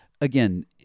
again